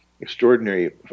extraordinary